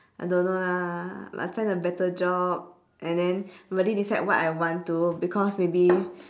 I don't know lah must find a better job and then really decide what I want to because maybe